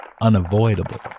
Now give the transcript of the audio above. unavoidable